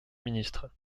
ministre